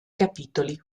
capitoli